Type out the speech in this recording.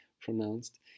pronounced